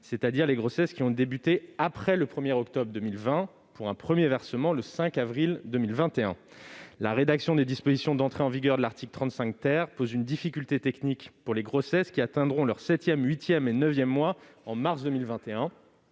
c'est-à-dire les grossesses qui ont débuté après le 1 octobre 2020, pour un premier versement le 5 avril 2021. La rédaction des dispositions d'entrée en vigueur de cet article pose une difficulté technique pour les grossesses qui atteindront leur septième, huitième et neuvième mois en mars 2021.